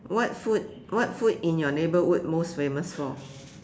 what food what food in your neighbourhood most famous for